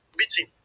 meeting